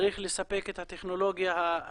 צריך לספק את הטכנולוגיה הזאת.